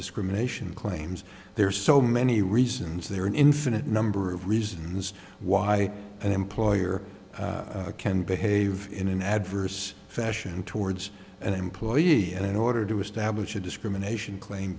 discrimination claims there are so many reasons there are an infinite number of reasons why an employer can behave in an adverse fashion towards an employee and in order to us how much a discrimination claim